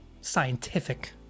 scientific